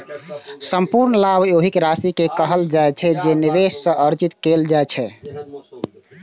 संपूर्ण लाभ ओहि राशि कें कहल जाइ छै, जे निवेश सं अर्जित कैल जाइ छै